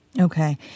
Okay